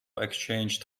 exchange